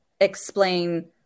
explain